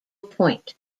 point